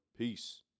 Peace